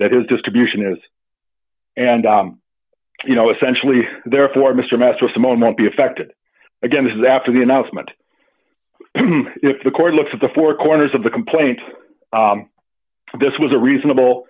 that is distribution is and you know essentially therefore mr mesereau the moment be affected again this is after the announcement if the court looks at the four corners of the complaint this was a reasonable